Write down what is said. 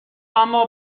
اما